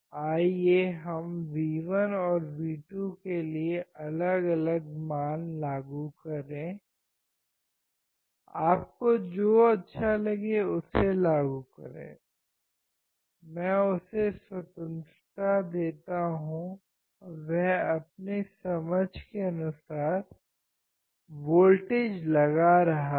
आइए हम V1 और V2 के लिए अलग अलग मान लागू करें आपको जो अच्छा लगे उसे लागू करें मैं उसे स्वतंत्रता देता हूं और वह अपनी समझ के अनुसार वोल्टेज लगा रहा है